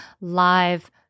live